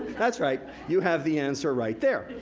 that's right, you have the answer right there.